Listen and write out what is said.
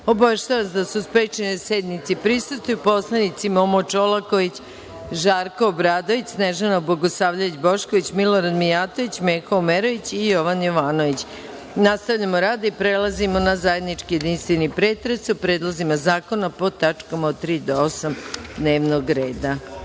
vas da su sprečeni da sednici prisustvuju poslanici Momo Čolaković, Žarko Obradović, Snežana Bogosavljević Bošković, Milorad Mijatović, Meho Omerović i Jovan Jovanović. Nastavljamo rad i prelazimo na zajednički jedinstveni pretres o predlozima zakona po tačkama od tri do osam dnevnog